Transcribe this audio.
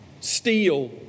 steal